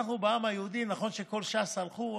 נכון שכל ש"ס הלכו,